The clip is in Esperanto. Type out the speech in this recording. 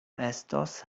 estos